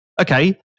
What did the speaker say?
okay